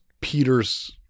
Peter's